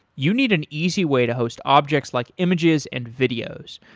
you need an easy way to host objects like images and videos.